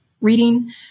reading